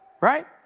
right